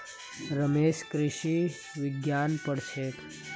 रमेश कृषि विज्ञान पढ़ छेक